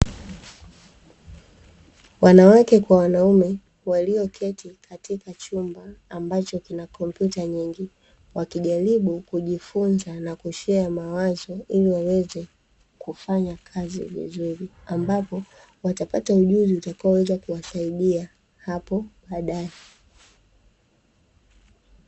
Wanawake kwa wanaume walioketi katika chumba, ambacho kina kompyuta nyingi, wakijaribu kujifunza na kushea mawazo ili waweze kufanya kazi vizuri, ambapo watapata ujuzi utakaoweza. kuwasaidia hapo baadae.